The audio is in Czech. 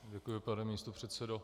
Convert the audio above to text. Děkuji, pane místopředsedo.